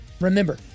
remember